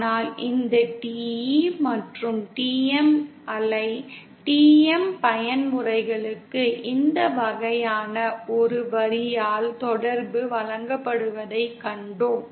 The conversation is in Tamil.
ஆனால் இந்த TE மற்றும் TM அலை TM பயன்முறைகளுக்கு இந்த வகையான ஒரு வரியால் தொடர்பு வழங்கப்படுவதைக் கண்டோம்